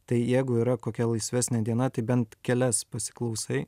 tai jeigu yra kokia laisvesnė diena tai bent kelias pasiklausai